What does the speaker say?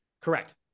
Correct